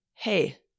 hey